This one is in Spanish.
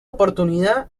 oportunidad